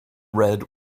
red